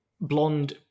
blonde